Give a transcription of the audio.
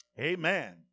Amen